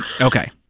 Okay